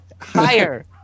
Higher